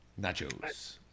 Nachos